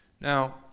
Now